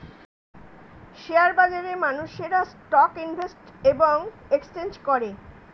share বাজারে মানুষেরা stock invest এবং এক্সচেঞ্জ করে